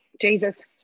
jesus